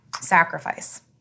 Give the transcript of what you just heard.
Sacrifice